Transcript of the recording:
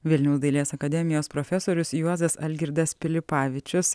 vilniaus dailės akademijos profesorius juozas algirdas pilipavičius